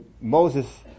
Moses